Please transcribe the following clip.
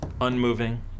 unmoving